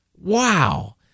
Wow